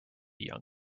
young